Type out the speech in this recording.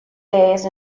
days